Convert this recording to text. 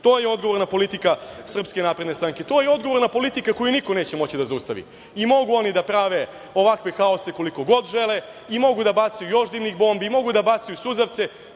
To je odgovorna politika Srpske napredne stranke. To je odgovorna politika koju niko neće moći da zaustavi i mogu oni da prave ovakve haose koliko god žele i mogu da bacaju još dimnih bombi i mogu da bacaju suzavce,